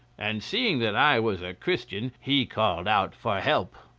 and seeing that i was a christian he called out for help.